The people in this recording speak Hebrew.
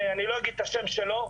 אני לא אגיד את השם שלו,